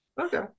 Okay